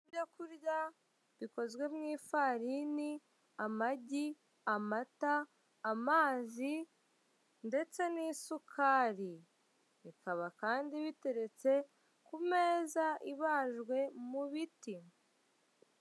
Ibyo kurya bikozwe mu ifarini, amagi, amata, amazi ndetse n'isukari. Bikaba kandi biteretse ku meza ibajwe mu biti.